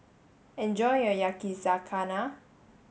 enjoy your Yakizakana